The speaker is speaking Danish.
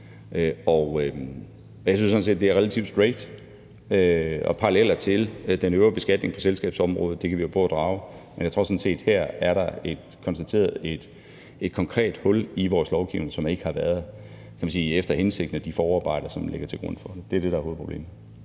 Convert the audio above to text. Jeg synes sådan set, det er relativt straight og er parallelt til den øvrige beskatning på selskabsområdet – en parallel, som vi jo kan prøve at drage – men jeg tror sådan set, at der her er konstateret et konkret hul i vores lovgivning, som ikke har været efter hensigten i de forarbejder, som ligger til grund for den. Det er det, der er hovedproblemet.